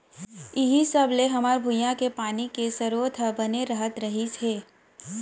इहीं सब ले हमर भुंइया के पानी के सरोत ह बने रहत रहिस हे